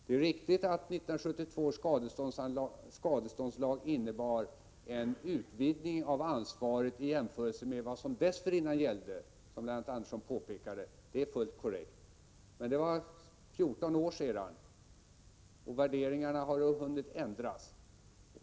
Det är riktigt att 1972 års skadeståndslag innebar en utvidgning av ansvaret i jämförelse med vad som dessförinnan gällde, vilket Lennart Andersson fullt korrekt påpekade. Men det var 14 år sedan, och värderingarna har hunnit ändras.